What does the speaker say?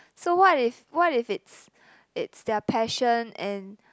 so what if what if it's it's their passion and